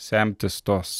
semtis tos